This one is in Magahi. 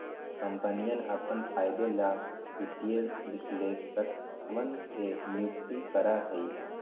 कम्पनियन अपन फायदे ला वित्तीय विश्लेषकवन के नियुक्ति करा हई